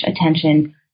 attention